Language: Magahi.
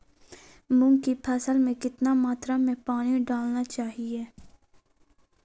मूंग की फसल में कितना मात्रा में पानी डालना चाहिए?